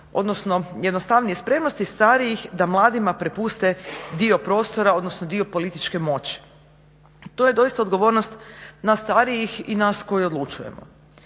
odnosno jednostavnije spremnosti starijih da mladima prepuste dio prostora odnosno dio političke moći. To je doista odgovornost nas starijih i nas koji odlučujemo.